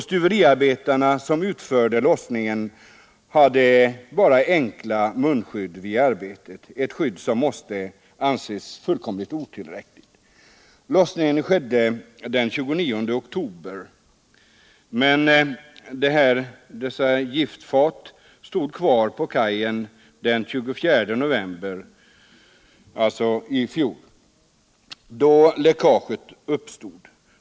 Stuveriarbetarna som utförde lossningen hade bara enkla munskydd vid arbetet — ett skydd som måste anses helt otillräckligt. Lossningen skedde den 29 oktober, men giftfaten stod kvar den 4 november 1976, då läckaget uppstod.